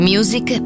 Music